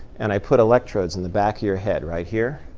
and i put electrodes in the back of your head right here,